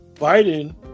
Biden